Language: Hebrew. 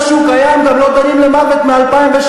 כמו שהוא קיים, גם לא דנים למוות מ-2003,